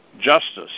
justice